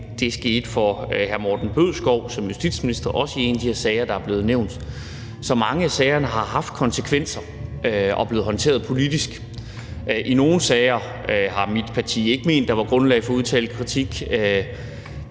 Det skete for hr. Morten Bødskov, da han var justitsminister. Det er også en af de sager, der er nævnt. Så mange af sagerne har haft konsekvenser og er blevet håndteret politisk. I nogle sager har mit parti ikke ment, at der var grundlag for at udtale kritik,